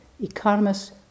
economists